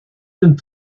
sind